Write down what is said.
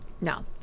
No